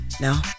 No